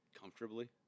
comfortably